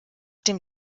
dem